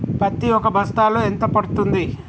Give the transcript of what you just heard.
పత్తి ఒక బస్తాలో ఎంత పడ్తుంది?